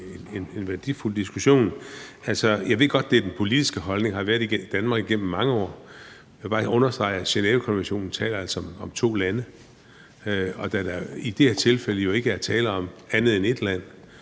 var en værdifuld diskussion. Altså, jeg ved godt, at det er den politiske holdning og har været det i Danmark igennem mange år. Jeg vil bare lige understrege, at Genèvekonventionen altså taler om to lande, og da der i det her tilfælde jo ikke er tale om andet end ét land